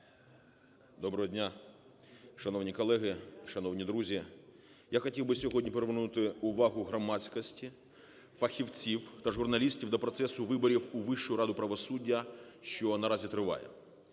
Доброго дня, шановні колеги, шановні друзі! Я хотів би сьогодні привернути увагу громадськості, фахівців та журналістів до процесу виборів у Вищу раду правосуддя, що наразі триває.